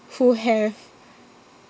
who have